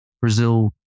Brazil